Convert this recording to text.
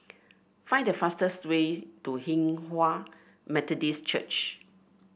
find the fastest way to Hinghwa Methodist Church